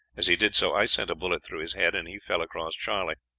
as he did so i sent a bullet through his head, and he fell across charley.